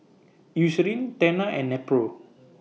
Eucerin Tena and Nepro